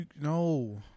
no